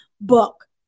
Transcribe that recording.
book